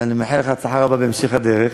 ואני מאחל לך הצלחה רבה בהמשך הדרך.